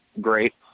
great